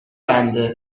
بنده